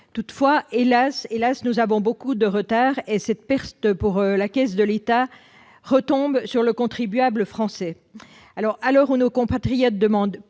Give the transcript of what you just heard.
Toutefois, hélas, nous avons beaucoup de retard. Cette perte pour les caisses de l'État est supportée par le contribuable français. À l'heure où nos compatriotes demandent